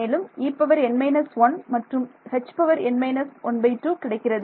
மேலும் E n−1 மற்றும் Hn−12 கிடைக்கிறது